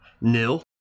Nil